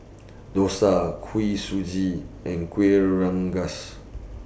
Dosa Kuih Suji and Kueh Rengas